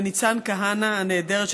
לניצן כהנא הנהדרת,